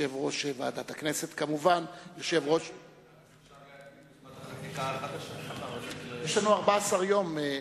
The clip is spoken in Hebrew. יושב-ראש ועדת הכנסת, יש לנו 14 יום.